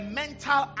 mental